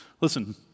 Listen